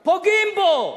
פוגעים בו.